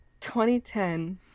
2010